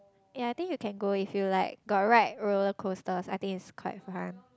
ya I think you can go if you like got ride rollercoasters I think it's quite fun